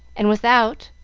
and, without,